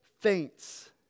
faints